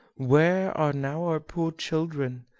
where are now our poor children?